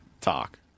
talk